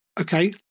Okay